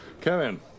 Kevin